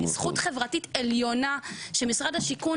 היא זכות חברתית עליונה שמשרד השיכון,